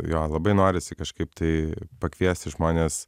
jo labai norisi kažkaip tai pakviesti žmonės